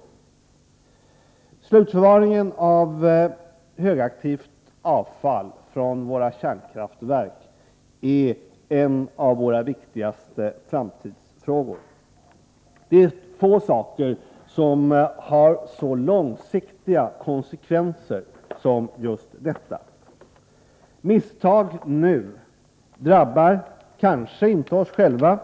Frågan om slutförvaringen av högaktivt avfall från våra kärnkraftverk är ett av de viktigaste spörsmålen när det gäller vår framtid. Få saker har på lång sikt lika omfattande konsekvenser. Misstag nu drabbar kanske inte oss själva,